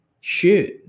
shoot